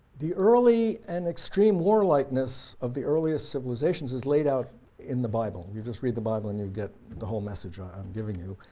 the early and extreme warlikeness of the earliest civilizations is laid out in the bible. you just read the bible and you get the whole message i'm giving you.